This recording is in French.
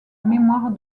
mémoire